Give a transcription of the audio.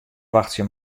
wachtsje